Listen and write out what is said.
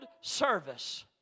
service